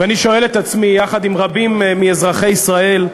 ואני שואל את עצמי, יחד עם רבים מאזרחי ישראל: